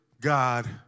God